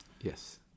Yes